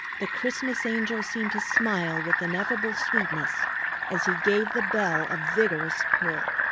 the christmas angel seemed to smile with ineffable sweetness as he gave the bell a vigorous pull.